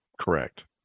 Correct